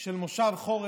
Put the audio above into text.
של מושב חורף,